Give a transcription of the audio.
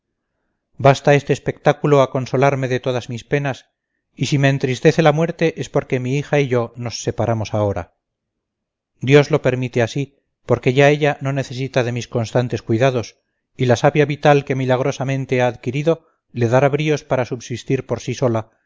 basta este espectáculo a consolarme de todas mis penas y si me entristece la muerte es porque mi hija y yo nos separamos ahora dios lo permite así porque ya ella no necesita de mis constantes cuidados y la savia vital que milagrosamente ha adquirido le dará bríos para subsistir por sí sola